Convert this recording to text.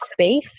Space